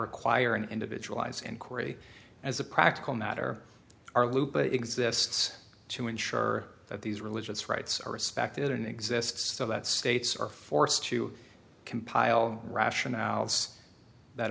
require an individual eyes inquiry as a practical matter are lupa exists to ensure that these religious rights are respected and exists so that states are forced to compile rationales that